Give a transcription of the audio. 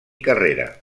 carrera